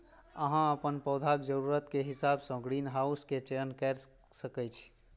अहां अपन पौधाक जरूरत के हिसाब सं ग्रीनहाउस के चयन कैर सकै छी